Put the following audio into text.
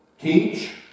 teach